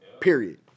Period